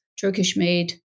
Turkish-made